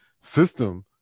system